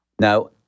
Now